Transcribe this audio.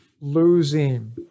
losing